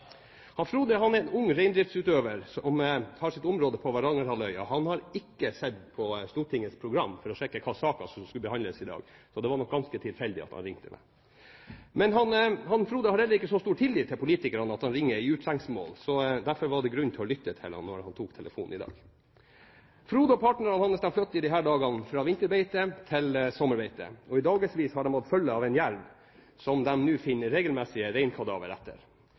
er en ung reindriftsutøver som har sitt område på Varangerhalvøya. Han har ikke sett på Stortingets program for å sjekke hvilke saker som skulle behandles i dag, så det var nok ganske tilfeldig at han ringte meg. Frode har heller ikke så stor tillit til politikerne at han ringer i utrengsmål. Derfor var det grunn til å lytte til ham når han tok den telefonen i dag. Frode og partnerne hans flytter i disse dager fra vinterbeite til sommerbeite. I dagevis har de hatt følge av en jerv som de finner regelmessige reinkadavre etter.